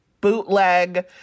bootleg